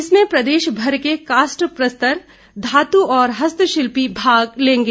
इसमें प्रदेश भर के काष्ठ प्रस्तर धातु और हस्तशिल्पी भाग लेंगे